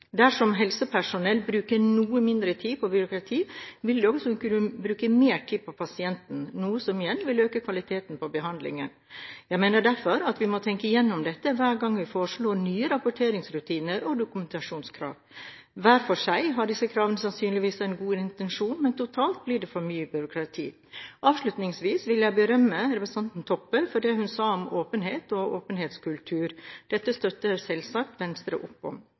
Dersom helsepersonell bruker noe mindre tid på byråkrati, vil de kunne bruke mer tid på pasienten, noe som igjen vil øke kvaliteten på behandlingen. Jeg mener derfor at vi må tenke igjennom dette hver gang vi foreslår nye rapporteringsrutiner og dokumentasjonskrav. Hver for seg har disse kravene sannsynligvis en god intensjon, men totalt blir det for mye byråkrati. Avslutningsvis vil jeg berømme representanten Toppe for det hun sa om åpenhet og åpenhetskultur. Dette støtter selvsagt Venstre opp om.